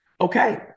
Okay